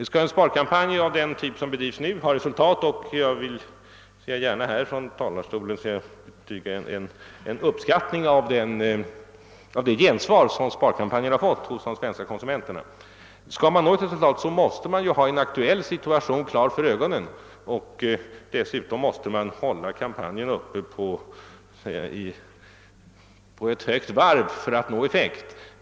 Skall man nå resultat med en sparkampanj — jag vill gärna härifrån talarstolen betyga min uppskattning av det gensvar som sparkampanjen har fått hos de svenska konsumenterna — måste man ha en aktuell situation klar för ögonen, och dessutom måste man hål la kampanjen uppe i ett högt varvtal.